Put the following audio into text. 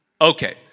Okay